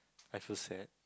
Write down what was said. I so sad